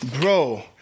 Bro